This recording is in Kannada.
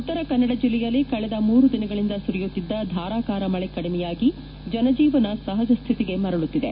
ಉತ್ತರ ಕನ್ನಡ ಜಿಲ್ಲೆಯಲ್ಲಿ ಕಳೆದ ಮೂರು ದಿನಗಳಿಂದ ಸುರಿಯುತ್ತಿದ್ದ ಧಾರಕಾರ ಮಳೆ ಕಡಿಮೆಯಾಗಿ ಜನಜೀವನ ಸಹಜ್ಞಿತಿಗೆ ಮರಳುತ್ತಿದೆ